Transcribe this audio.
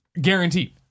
Guaranteed